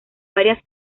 varias